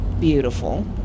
beautiful